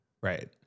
Right